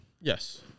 Yes